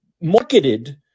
marketed